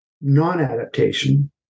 non-adaptation